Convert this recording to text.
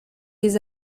des